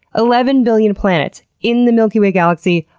eleven billion planets, in the milky way galaxy,